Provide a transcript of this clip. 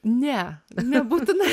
ne nebūtinai